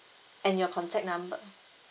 and your contact number